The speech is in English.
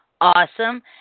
awesome